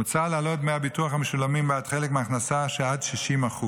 מוצע להעלות את דמי הביטוח המשולמים בעד חלק מהכנסה שעד 60%,